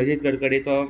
Ajit कडकडेचो